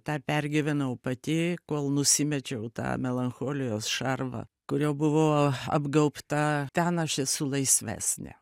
tą pergyvenau pati kol nusimečiau tą melancholijos šarvą kuriuo buvau apgaubta ten aš esu laisvesnė